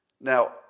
Now